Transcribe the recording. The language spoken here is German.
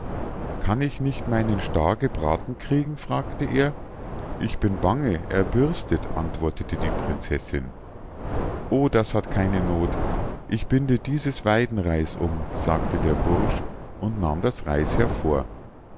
kann ich nicht meinen staar gebraten kriegen fragte er ich bin bange er birstet antwortete die prinzessinn o das hat keine noth ich binde dieses weidenreis um sagte der bursch und nahm das reis hervor